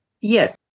yes